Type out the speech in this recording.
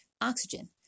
oxygen